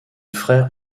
frère